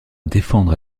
défendre